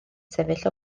sefyll